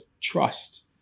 trust